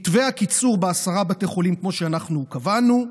מתווה הקיצור בעשרה בתי חולים, כמו שאנחנו קבענו,